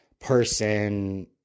person